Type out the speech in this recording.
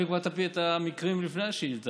יכולת להביא כבר את המקרים לפני השאילתה,